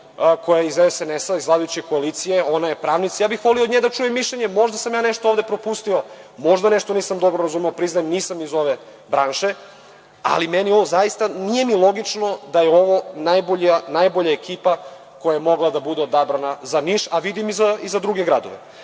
koja je iz SNS, iz vladajuće koalicije, ona je pravnica, voleo bih od nje da čujem mišljenje. Možda sam ja ovde nešto propustio, možda nešto nisam razumeo. Priznajem, nisam iz ove branše, ali meni ovo zaista nije logično da je ovo najbolja ekipa koja je mogla da bude odabrana za Niš, a vidim i za druge gradove. Tako